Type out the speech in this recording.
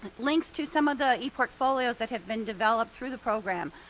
links to some of the eportfolios that have been developed through the program.